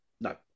No